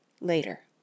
Later